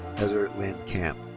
heather lynn camp.